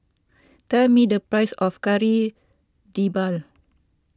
tell me the price of Kari Debal